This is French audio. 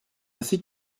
assez